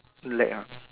leg ah